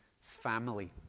family